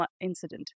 incident